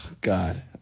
God